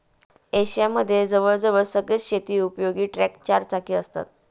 Asia मध्ये जवळ जवळ सगळेच शेती उपयोगी ट्रक चार चाकी असतात